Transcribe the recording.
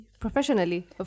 professionally